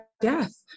death